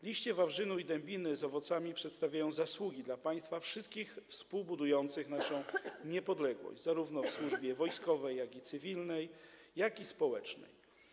Liście wawrzynu i dębiny z owocami przedstawiają zasługi dla państwa wszystkich współbudujących naszą niepodległość, zarówno w służbie wojskowej, cywilnej, jak i społecznej.